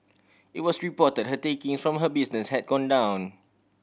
it was reported her taking from her business had gone down